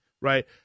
right